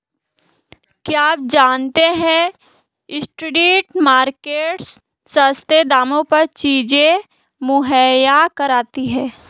क्या आप जानते है स्ट्रीट मार्केट्स सस्ते दामों पर चीजें मुहैया कराती हैं?